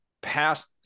past